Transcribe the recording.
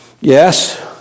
Yes